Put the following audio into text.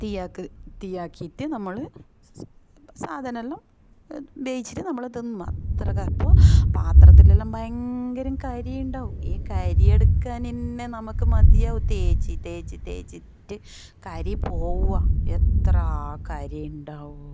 തീയാക്ക് തീയാക്കിയിട്ട് നമ്മൾ സാധനമെല്ലാം വെച്ചിട്ട് നമ്മൾ തിന്നുക അത്ര അപ്പോൾ പത്രത്തിലെല്ലാം ഭയങ്കരം കരി ഉണ്ടാവും ഈ കരിയെടുക്കാൻ തന്നെ നമുക്ക് മതിയാവും തേച്ച് തേച്ച് തേച്ചിട്ട് കരി പോവുവോ എത്ര കരി ഉണ്ടാവും